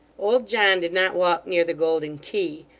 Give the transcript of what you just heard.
old john did not walk near the golden key,